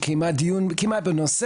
שקיימה דיון בנושא,